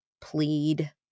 plead